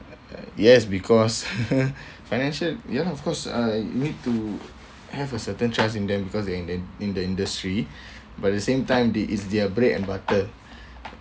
yes because financial ya lah of course I need to have a certain trust in them because they in in the industry but at the same time that is their bread and butter